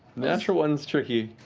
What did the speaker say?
natural one's tricky.